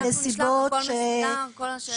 נשלח הכול מסודר על כל השאלות.